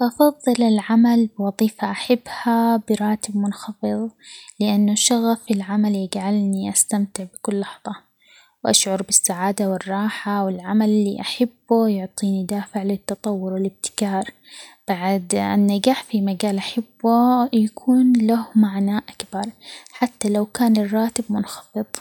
بفضل العمل بوظيفة أحبها براتب منخفظ؛ لأنه الشغف في العمل يجعلني استمتع بكل لحظة ،وأشعر بالسعادة والراحة، والعمل اللي أحبه يعطيني دافع للتطور، والابتكار ، بعد النجاح في مجال أحبه يكون له معنى أكبر حتى لو كان الراتب منخفض.